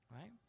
right